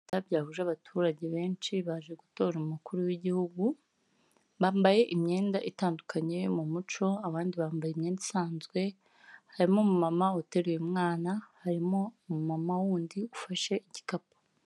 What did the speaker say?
Ibikorwa byahuje abaturage benshi, baje gutora umukuru w'igihugu. Bambaye imyenda itandukanye yo mu muco, abandi bambaye imyenda isanzwe, harimo umumama uteruye umwana, harimo umumama wundi ufashe igikapu.